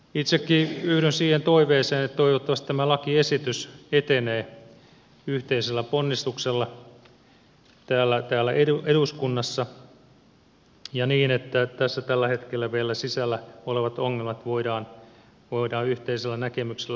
itsekin yhdyn siihen toiveeseen että toivottavasti tämä lakiesitys etenee yhteisellä ponnistuksella täällä eduskunnassa ja niin että tässä tällä hetkellä vielä sisällä olevat ongelmat voidaan yhteisellä näkemyksellä poistaa